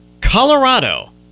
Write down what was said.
colorado